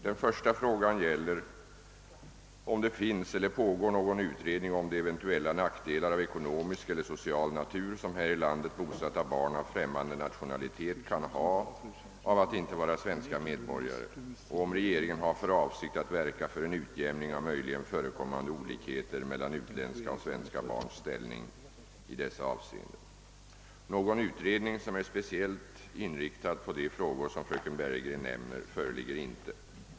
Den första frågan gäller, om det finns eller pågår någon utredning om de eventuella nackdelar av ekonomisk eller social natur som här i landet bosatta barn av främmande nationalitet kan ha av att inte vara svenska medborgare och om regeringen har för avsikt att verka för en utjämning av möjligen förekommande olikheter mellan utländska och svenska barns ställning i dessa avseenden. Någon utredning som är inriktad speciellt på de frågor som fröken Bergegren nämner föreligger inte.